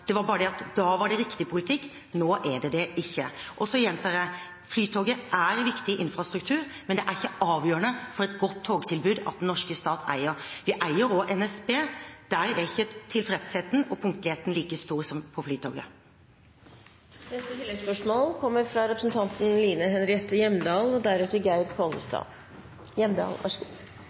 Det er bare det at da var det riktig politikk, nå er det det ikke. Så gjentar jeg: Flytoget er viktig infrastruktur, men det er ikke avgjørende for et godt togtilbud at den norske stat eier. Den eier også NSB. Der er ikke tilfredsheten og punktligheten like stor som for Flytoget. Line Henriette Hjemdal – til oppfølgingsspørsmål. Vi har hatt et ideologisk ordskifte – det er vel og